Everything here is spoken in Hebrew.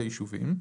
לישובים,"